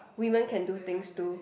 women can do things too